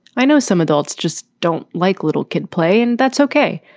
i know some adults just don't like little kid play, and that's ok,